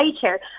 chair